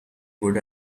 good